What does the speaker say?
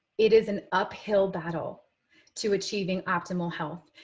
it is an uphill battle to achieving optimal health.